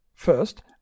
First